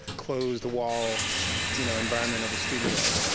closed-wall you know environment of a studio.